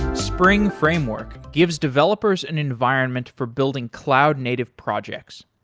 spring framework gives developers an environment for building cloud native projects.